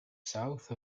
south